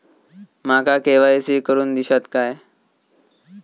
माका के.वाय.सी करून दिश्यात काय?